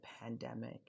pandemic